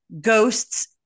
ghosts